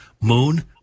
Moon